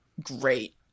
great